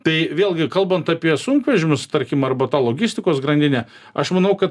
tai vėlgi kalbant apie sunkvežimius tarkim arba ta logistikos grandinė aš manau kad